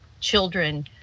children